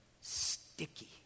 sticky